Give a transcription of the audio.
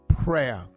Prayer